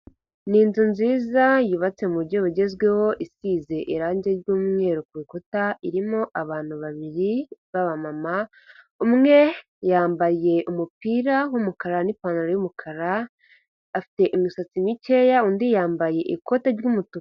Ni inzu nziza yubatse mu buryo bugezweho, isize irangi ry'umweru kukuta, irimo abantu babiri b'abamama, umwe yambaye umupira w'umukara n'ipantaro y'umukara afite imisatsi mikeya, undi yambaye ikote ry'umutuku.